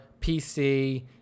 PC